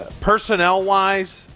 personnel-wise